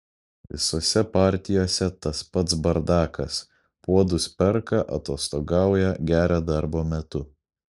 visose partijose tas pats bardakas puodus perka atostogauja geria darbo metu